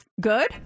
Good